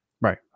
right